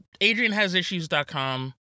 AdrianHasIssues.com